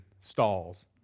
stalls